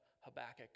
Habakkuk